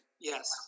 yes